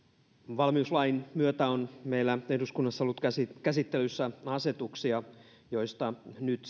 valmiuslain myötä on meillä eduskunnassa ollut käsittelyssä asetuksia joista nyt